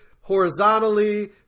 horizontally